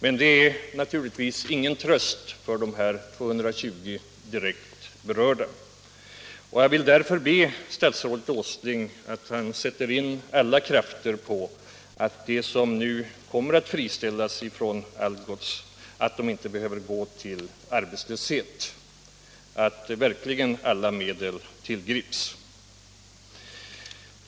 Men det är naturligtvis ingen tröst för de 220 personer som direkt är berörda. Jag vill därför be statsrådet Åsling sätta in alla krafter på att se till att de som kommer att friställas från Algots Nord inte skall behöva gå till arbetslöshet — att verkligen alla medel tillgrips.